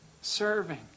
serving